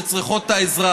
שצריכות את העזרה.